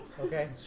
Okay